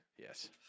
Yes